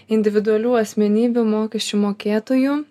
individualių asmenybių mokesčių mokėtojų